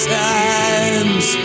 times